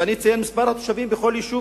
ואני אציין את מספר התושבים בכל יישוב